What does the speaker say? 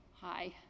Hi